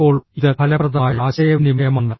ഇപ്പോൾ ഇത് ഫലപ്രദമായ ആശയവിനിമയമാണ്